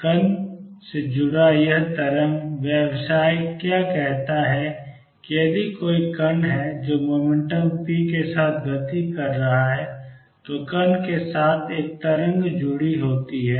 कण से जुड़ा यह तरंग व्यवसाय क्या कहता है कि यदि कोई कण है जो मोमेंटम p के साथ गति कर रहा है तो कण के साथ एक तरंग जुड़ी होती है